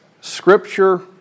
Scripture